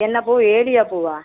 என்ன பூ ஏலியா பூவா